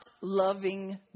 loving